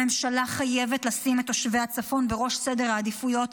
הממשלה חייבת לשים את תושבי הצפון בראש סדר העדיפויות.